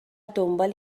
دنبال